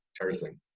terracing